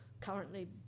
currently